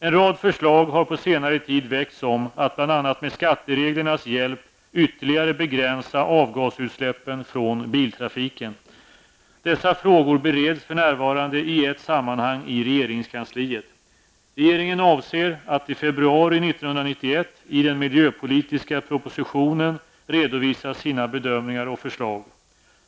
En rad förslag har på senare tid väckts om att bl.a. med skattereglernas hjälp ytterligare begränsa avgasutsläppen från biltrafiken. Dessa frågor bereds för närvarande i ett sammanhang i regeringskansliet. Regeringen avser att i februari 1991 i den miljöpolitiska propositionen redovisa sina bedömningar och förslag.